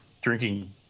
drinking